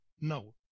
No